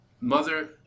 mother